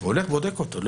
הוא הולך ובודק אותו.